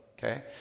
okay